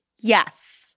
Yes